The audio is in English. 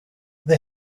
the